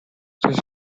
this